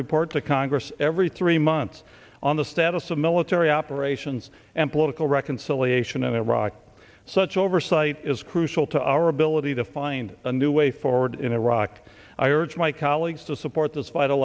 report to congress every three months on the status of military operations and political reconciliation and iraq such oversight is crucial to our ability to find a new way forward in iraq i urge my colleagues to support this